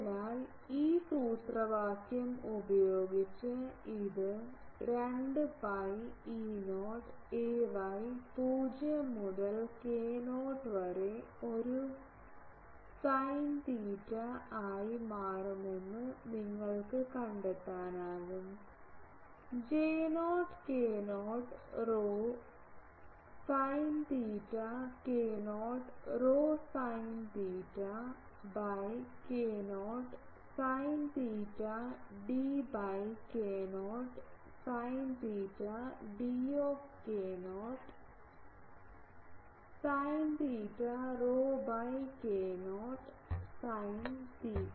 അതിനാൽ ഈ സൂത്രവാക്യം ഉപയോഗിച്ച് ഇത് 2 pi E0 ay 0 മുതൽ k0 വരെ ഒരു സൈൻ തീറ്റ ആയി മാറുമെന്ന് നിങ്ങൾക്ക് കണ്ടെത്താനാകും J0 k0 rho sine theta k0 rho sine theta by k0 sine theta d by k0 sine theta d of k0 sine theta rho by k0 sine theta